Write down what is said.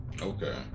Okay